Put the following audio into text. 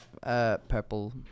Purple